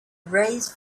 raised